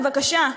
בבקשה.